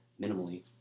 minimally